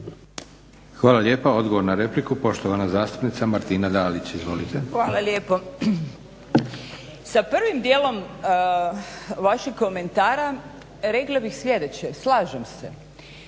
Hvala lijepa. Odgovor na repliku, poštovana zastupnica Martina Dalić. Izvolite. **Dalić, Martina (HDZ)** Hvala lijepo. Sa prvim dijelom vašeg komentara rekla bih sljedeće, slažem se.